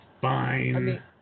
Fine